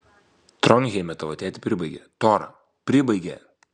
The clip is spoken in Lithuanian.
tronheime tavo tėtį pribaigė tora pribaigė